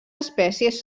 espècies